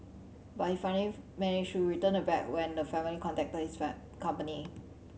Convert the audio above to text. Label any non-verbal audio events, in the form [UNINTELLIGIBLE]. but he [UNINTELLIGIBLE] to return the bag when the family contacted his [UNINTELLIGIBLE] company